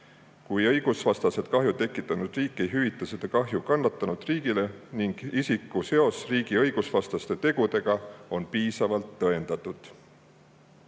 kui õigusvastaselt kahju tekitanud riik ei hüvita seda kahju kannatanud riigile ning isiku seos riigi õigusvastaste tegudega on piisavalt tõendatud.